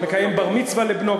מקיים בר-מצווה לבנו,